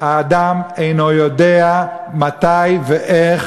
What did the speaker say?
אדם אינו יודע מתי ואיך,